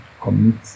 commit